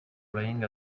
playing